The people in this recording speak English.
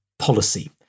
policy